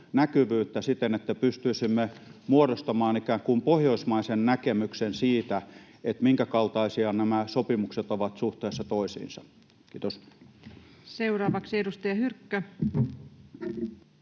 näkyvyyttä siten, että pystyisimme muodostamaan ikään kuin pohjoismaisen näkemyksen siitä, minkäkaltaisia nämä sopimukset ovat suhteessa toisiinsa? — Kiitos. [Speech 705] Speaker: